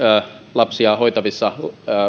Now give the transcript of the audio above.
lapsia hoitavissa